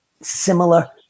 Similar